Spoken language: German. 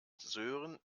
sören